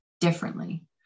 differently